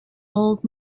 old